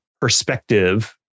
perspective